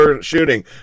shooting